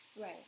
right